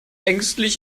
ängstlich